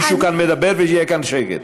מישהו כאן מדבר, ויהיה כאן שקט.